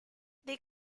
this